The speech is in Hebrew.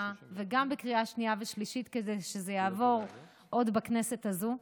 וגם בקריאה שנייה ושלישית כדי שזה יעבור עוד בכנסת הזו.